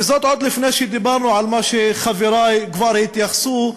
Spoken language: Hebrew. וזאת עוד לפני שדיברנו על מה שחברי כבר התייחסו אליו,